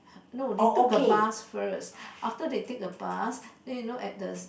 no they took a bus first after they take a bus then you know at the